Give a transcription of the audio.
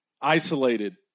isolated